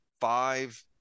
five –